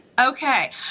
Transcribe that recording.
Okay